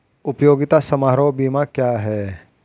उपयोगिता समारोह बीमा क्या है?